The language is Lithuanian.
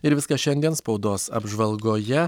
ir viskas šiandien spaudos apžvalgoje